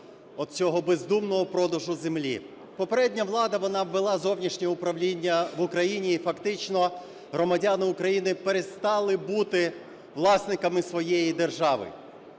оцього бездумного продажу землі. Попередня влада, вона ввела зовнішнє управління в Україні, і фактично громадяни України перестали бути власниками своєї держави.